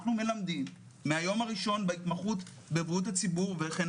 אנחנו מלמדים מהיום הראשון בהתמחות בבריאות הציבור וכן